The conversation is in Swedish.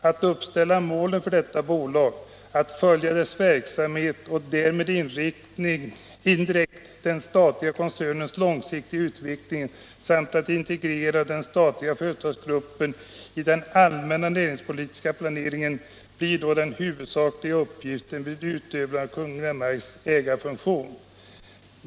Att uppställa målen för detta bolag och följa dess verksamhet och därmed indirekt den statliga koncernens långsiktiga utveckling samt att integrera den statliga företagsgruppen i den allmänna näringspolitiska planeringen blir då den huvudsakliga uppgiften vid utövandet av Kungl. Maj:ts ägarfunktion.